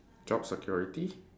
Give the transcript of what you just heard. job security